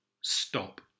stop